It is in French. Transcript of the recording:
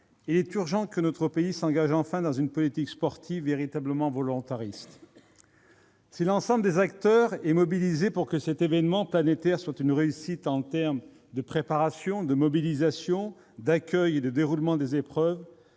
il est urgent que notre pays s'engage enfin dans une politique sportive véritablement volontariste. Si l'ensemble des acteurs est mobilisé pour que cet événement planétaire soit une réussite en termes de préparation, de mobilisation, d'accueil et de déroulement des épreuves,